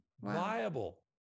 Viable